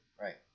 Right